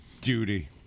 Duty